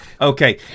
Okay